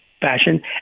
fashion